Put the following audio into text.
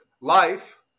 life